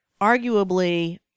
arguably